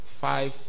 five